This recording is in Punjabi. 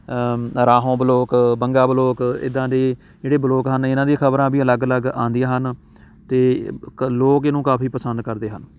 ਰਾਹੋਂ ਬਲੋਕ ਬੰਗਾ ਬਲੋਕ ਇੱਦਾਂ ਦੀ ਜਿਹੜੇ ਬਲੋਕ ਹਨ ਇਹਨਾਂ ਦੀ ਖ਼ਬਰਾਂ ਵੀ ਅਲੱਗ ਅਲੱਗ ਆਉਂਦੀਆਂ ਹਨ ਅਤੇ ਕ ਲੋਕ ਇਹਨੂੰ ਕਾਫੀ ਪਸੰਦ ਕਰਦੇ ਹਨ